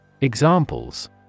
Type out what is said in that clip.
Examples